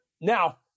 Now